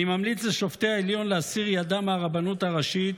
אני ממליץ לשופטי העליון להסיר ידם מהרבנות הראשית